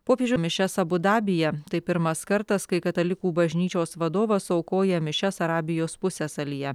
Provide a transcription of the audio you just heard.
popiežių mišias abu dabyje tai pirmas kartas kai katalikų bažnyčios vadovas aukoja mišias arabijos pusiasalyje